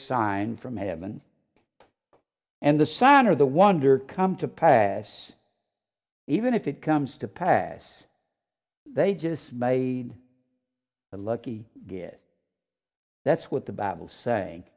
sign from heaven and the sun or the wonder come to pass even if it comes to pass they just made a lucky guess that's what the bible saying